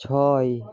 ছয়